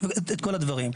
ואת כל הדברים.